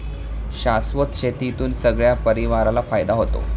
शाश्वत शेतीतून सगळ्या परिवाराला फायदा होतो